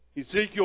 Ezekiel